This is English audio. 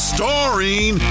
Starring